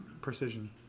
precision